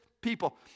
people